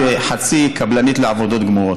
את חצי קבלנית לעבודות גמורות.